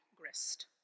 Grist